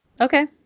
Okay